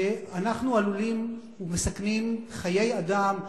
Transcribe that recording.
ואנחנו עלולים לסכן חיי אדם,